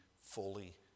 fully